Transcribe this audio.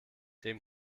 dem